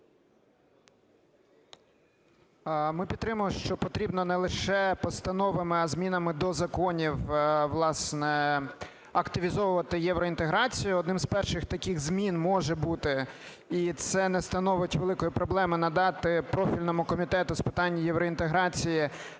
Ми підтримуємо, що потрібно не лише постановами, а змінами до законів, власне, активізовувати євроінтеграцію. Однією з перших таких змін може бути, і це не становить великої проблеми, надати профільному Комітету з питань євроінтеграції